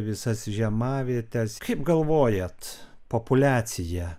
visas žiemavietes kaip galvojat populiacija